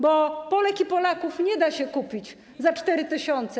Bo Polek i Polaków nie da się kupić za 4 tys.